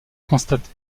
constate